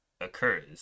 occurs